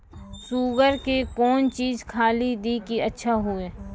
Sugar के कौन चीज खाली दी कि अच्छा हुए?